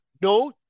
no